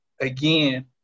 again